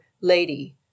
lady